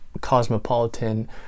cosmopolitan